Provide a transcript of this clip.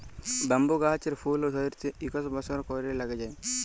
bamboo গাহাচের ফুল ধ্যইরতে ইকশ বসর ক্যইরে ল্যাইগে যায়